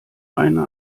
eine